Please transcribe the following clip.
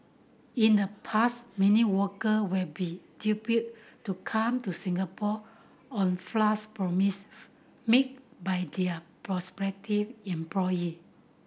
in the past many worker would be duped to come to Singapore on promise made by their prospective employee